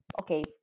okay